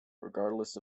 regardless